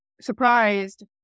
surprised